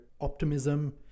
optimism